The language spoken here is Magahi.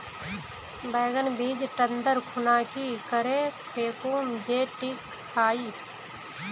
बैगन बीज टन दर खुना की करे फेकुम जे टिक हाई?